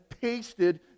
pasted